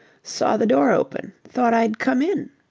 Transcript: saw the door open. thought i'd come in.